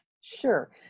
Sure